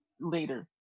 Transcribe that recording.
later